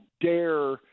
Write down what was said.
dare